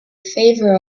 favor